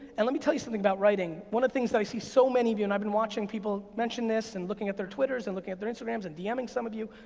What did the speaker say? and let me tell you something about writing. one of the things that i see so many of you, and i've been watching people mention this and looking at their twitters and looking at their instagrams and dming some of you.